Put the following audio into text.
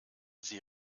sie